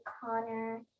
Connor